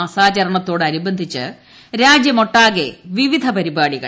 മാസാചരണത്തോടനുബന്ധിച്ച് രാജ്യമൊട്ടാകെ വിവിധ പരിപാടികൾ